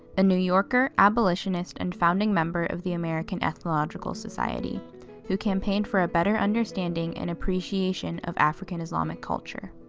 a new yorker, abolitionist and founding member of the american ethnological society who campaigned for a better understanding and appreciation of african islamic culture.